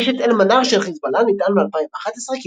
ברשת אל-מנאר של חזבאללה נטען ב-2011 כי